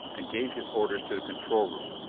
and gave his orders to the control room,